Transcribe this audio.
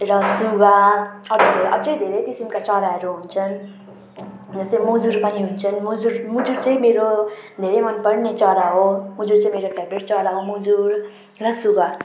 र सुगा अरू धेरै अझै धेरै किसिमका चराहरू हुन्छन् जस्तै मुजुर पनि हुन्छन् मुजुर मुजुर चाहिँ मेरो धेरै मनपर्ने चरा हो मुजुर चाहिँ मेरो फेबरेट चरा हो मुजुर र सुगा